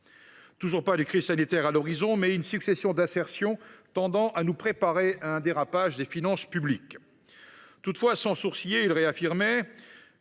Toujours pas de crise sanitaire à l’horizon, mais une succession d’assertions tendant à nous préparer à un dérapage des finances publiques. Sans sourciller, il réaffirmait